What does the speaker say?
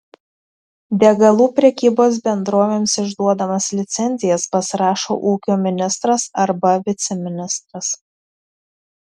degalų prekybos bendrovėms išduodamas licencijas pasirašo ūkio ministras arba viceministras